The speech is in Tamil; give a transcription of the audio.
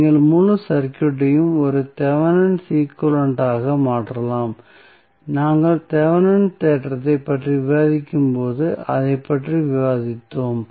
நீங்கள் முழு சர்க்யூட்டையும் ஒரு தெவெனின் ஈக்வலன்ட் ஆக மாற்றலாம் நாங்கள் தெவெனின் தேற்றத்தைப் பற்றி விவாதிக்கும்போது அதைப் பற்றி விவாதிக்கிறோம்